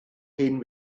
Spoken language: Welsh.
hen